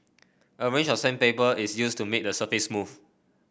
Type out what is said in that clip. a range of sandpaper is used to make the surface smooth